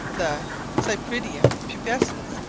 the cypripedium pubescens,